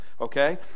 okay